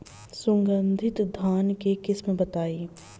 सुगंधित धान के किस्म बताई?